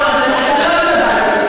לא התבלבלתי.